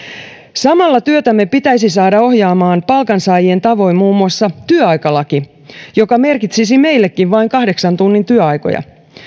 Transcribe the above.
samalla työtämme pitäisi saada ohjaamaan palkansaajien tavoin muun muassa työaikalaki joka merkitsisi meillekin vain kahdeksan tunnin työaikoja